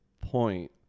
point